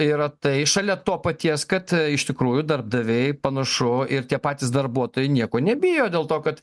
yra tai šalia to paties kad iš tikrųjų darbdaviai panašu ir tie patys darbuotojai nieko nebijo dėl to kad